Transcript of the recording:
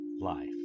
life